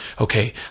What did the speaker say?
okay